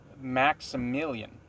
Maximilian